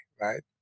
right